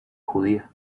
judía